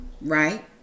right